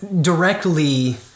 directly